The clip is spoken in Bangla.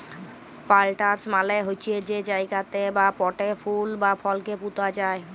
প্লান্টার্স মালে হছে যে জায়গাতে বা পটে ফুল বা ফলকে পুঁতা যায়